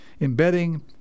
Embedding